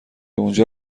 اونجا